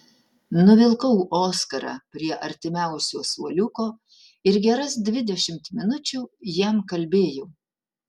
nuvilkau oskarą prie artimiausio suoliuko ir geras dvidešimt minučių jam kalbėjau